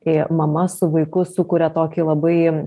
jei mama su vaiku sukuria tokį labai